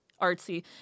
artsy